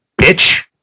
bitch